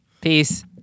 Peace